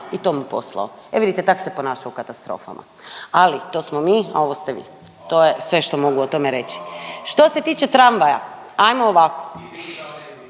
i to mu poslao. E vidite, tak se ponaša u katastrofama. Ali to smo mi, a ovo ste vi. To je sve što mogu o tome reći. Što se tiče tramvaja. Ajmo ovako